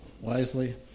Wisely